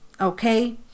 okay